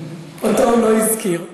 אותו הוא לא הזכיר.